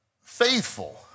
Faithful